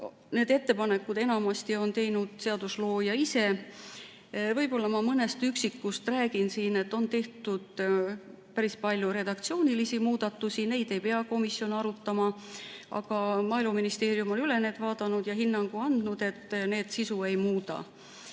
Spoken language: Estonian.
need on enamasti teinud seaduslooja ise. Võib-olla ma mõnest üksikust räägin siin. On tehtud päris palju redaktsioonilisi muudatusi, neid ei pea komisjon arutama, aga Maaeluministeeriumil on need üle vaadanud ja hinnangu andnud, et need sisu ei muuda.